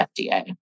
FDA